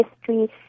history